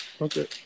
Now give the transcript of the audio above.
Okay